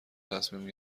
تصمیم